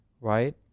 right